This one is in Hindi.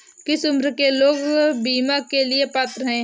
किस उम्र के लोग बीमा के लिए पात्र हैं?